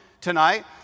tonight